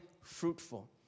fruitful